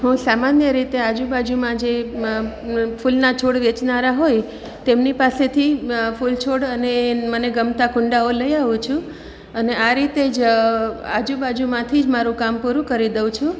હું સામાન્ય રીતે આજુબાજુમાં જે ફૂલના છોડ વેચનારા હોય તેમની પાસેથી ફૂલ છોડ અને મને ગમતા કુંડાઓ લઈ આવું છું અને આ રીતે જ આજુબાજુમાંથી જ મારું કામ પૂરું કરી દઉં છું